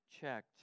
checked